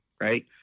right